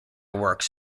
works